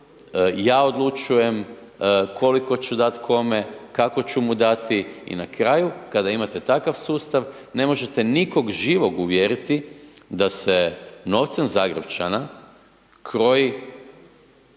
ja odlučujem koliko ću dati kome, kako ću mu dati i na kraju kada imate takav sustav, ne možete nikog živog uvjeriti da se novcem Zagrepčana kroji